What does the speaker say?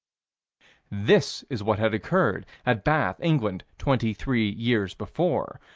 this is what had occurred at bath, england, twenty three years before.